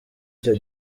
icyo